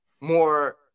more